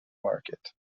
market